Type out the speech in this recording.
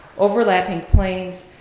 overlapping planes,